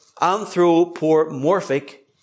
anthropomorphic